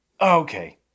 Okay